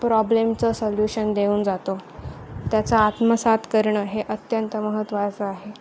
प्रॉब्लेमचं solution देऊन जातो त्याचा आत्मसात करणं हे अत्यंत महत्त्वाचं आहे